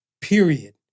Period